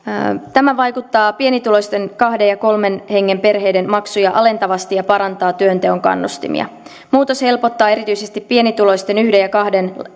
tämä vaikuttaa pienituloisten kahden ja kolmen hengen perheiden maksuja alentavasti ja parantaa työnteon kannustimia muutos helpottaa erityisesti pienituloisten yhden ja kahden